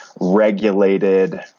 regulated